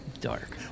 dark